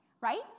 right